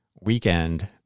weekend